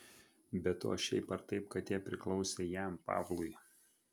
be to šiaip ar taip katė priklausė jam pavlui